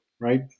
right